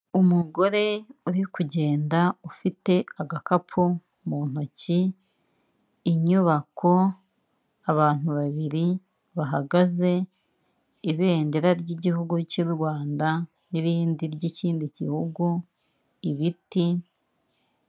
Umugore uri kugenda ufite agakapu mu ntoki, inyubako, abantu babiri bahagaze, ibendera ry'igihugu cy'u Rwanda n'irindi ry'ikindi gihugu, ibiti.